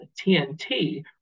TNT